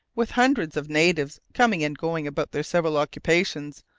with hundreds of natives coming and going about their several occupations,